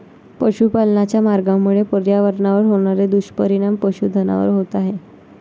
पशुपालनाच्या मार्गामुळे पर्यावरणावर होणारे दुष्परिणाम पशुधनावर होत आहेत